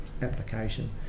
application